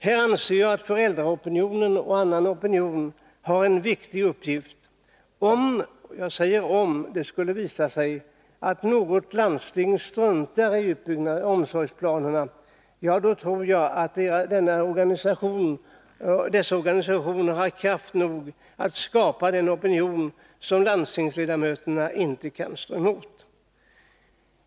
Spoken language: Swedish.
Här anser jag att föräldraopinionen och annan opinion har en viktig uppgift. Om — jag säger om — det skulle visa sig att något landsting struntar i omsorgsplanerna, ja, då tror jag att dessa organisationer har kraft nog att skapa den opinion som landstingsledamöterna inte kan stå emot.